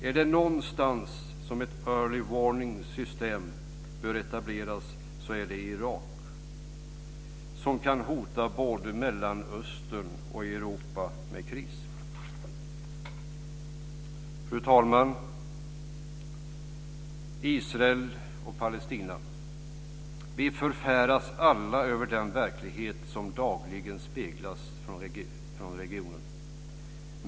Är det någonstans som ett early warning system bör etableras så är det i Irak - som kan hota både Mellanöstern och Europa med en kris. Fru talman! Sedan är det Israel och Palestina. Vi förfäras alla över den verklighet som dagligen speglas från regionen.